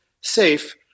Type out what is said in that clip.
safe